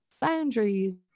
boundaries